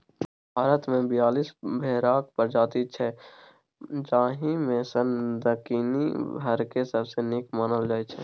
भारतमे बीयालीस भेराक प्रजाति छै जाहि मे सँ दक्कनी भेराकेँ सबसँ नीक मानल जाइ छै